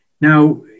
Now